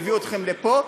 שהביאו אתכם לפה,